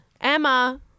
Emma